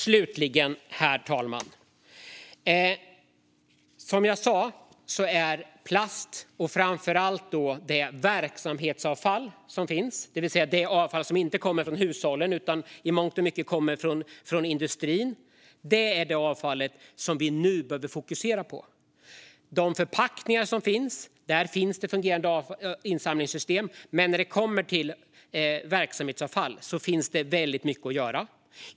Herr talman! Som jag sa är plast och framför allt verksamhetsavfall, det vill säga det avfall som inte kommer från hushållen utan som i mångt och mycket kommer från industrin, det avfall som vi nu behöver fokusera på. När det gäller de förpackningar som finns har vi fungerande insamlingssystem, men när det gäller verksamhetsavfall finns det väldigt mycket att göra.